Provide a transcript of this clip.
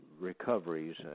recoveries